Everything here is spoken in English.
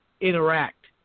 interact